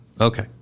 Okay